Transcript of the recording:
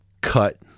cut